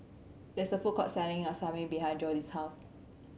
there is a food court selling Salami behind Jody's house